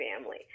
family